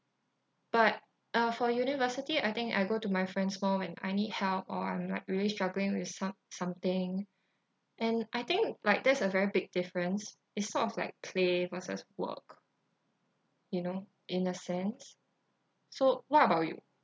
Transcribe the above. but uh for university I think I go to my friends more when I need help or I'm like really struggling with some something and I think like that's a very big difference is sort of like play versus work you know in a sense so what about you